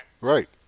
Right